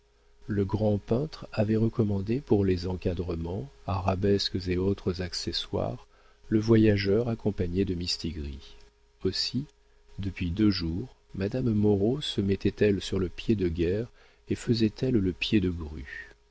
le grand peintre avait recommandé pour les encadrements arabesques et autres accessoires le voyageur accompagné de mistigris aussi depuis deux jours madame moreau se mettait elle sur le pied de guerre et faisait-elle le pied de grue